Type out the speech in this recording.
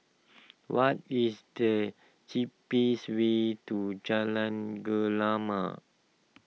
what is the cheapest way to Jalan Gemala